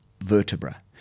vertebra